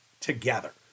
together